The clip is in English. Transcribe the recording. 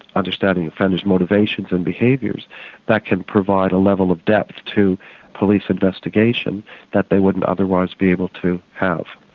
understanding offenders' motivations and behaviours that can provide a level of depth to police investigation that they wouldn't otherwise be able to have.